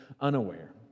unaware